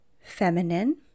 feminine